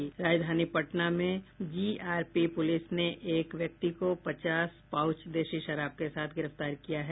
राजधानी पटना में GRP police ने एक व्यक्ति को पचास पाउच देशी शराब के साथ गिरफ्तार किया है